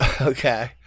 Okay